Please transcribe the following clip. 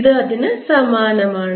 ഇത് അതിന് സമാനമാണ്